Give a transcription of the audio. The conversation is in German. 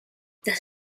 das